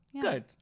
good